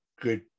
good